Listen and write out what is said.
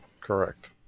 Correct